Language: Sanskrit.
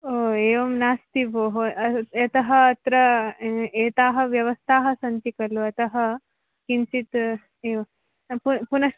ओ एवं नास्ति भोः अह् यतः अत्र एताः व्यवस्थाः सन्ति खलु अतः किञ्चित् एव् पु पुनः